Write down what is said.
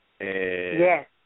Yes